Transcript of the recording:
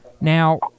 Now